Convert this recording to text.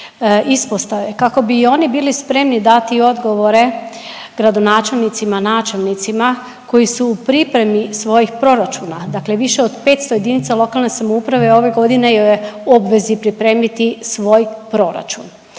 ispostave kako bi i oni bili spremni dati odgovore gradonačelnicima, načelnicima koji su u pripremi svojih proračuna. Dakle, više od 500 jedinica lokalne samouprave ove godine je u obvezi pripremiti svoj proračun,